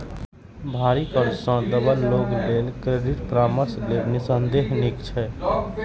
भारी कर्ज सं दबल लोक लेल क्रेडिट परामर्श लेब निस्संदेह नीक छै